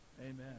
Amen